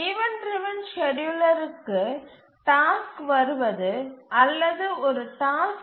event driven ஸ்கேட்யூலர்களுக்கு task வருவது அல்லது ஒரு டாஸ்க்